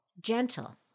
Gentle